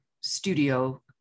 studio